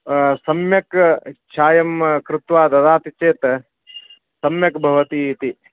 सम्यक् चायं कृत्वा ददाति चेत् सम्यक् भवति इति